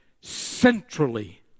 centrally